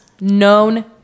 known